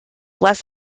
less